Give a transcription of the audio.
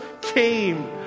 came